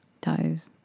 toes